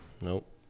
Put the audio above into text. nope